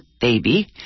baby